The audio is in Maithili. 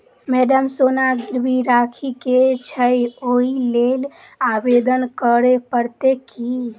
मैडम सोना गिरबी राखि केँ छैय ओई लेल आवेदन करै परतै की?